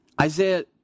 Isaiah